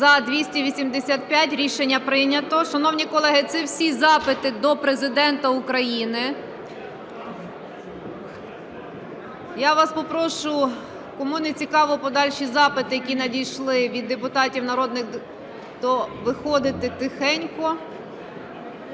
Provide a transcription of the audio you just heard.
За-285 Рішення прийнято. Шановні колеги, це всі запити до Президента України. Я вас попрошу, кому нецікаво подальші запити, які надійшли від депутатів народних, то виходити тихенько.